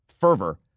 fervor